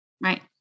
Right